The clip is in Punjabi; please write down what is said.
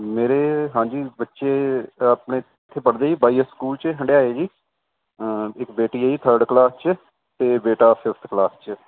ਮੇਰੇ ਹਾਂਜੀ ਬੱਚੇ ਆਪਣੇ ਇੱਥੇ ਪੜ੍ਹਦੇ ਜੀ ਵਾਈਐਸ ਸਕੂਲ 'ਚ ਹੰਡਿਆਏ ਜੀ ਇੱਕ ਬੇਟੀ ਹੈ ਜੀ ਥਰਡ ਕਲਾਸ 'ਚ ਅਤੇ ਬੇਟਾ ਫਿਫਥ ਕਲਾਸ 'ਚ